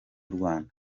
rwanda